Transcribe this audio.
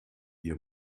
ihr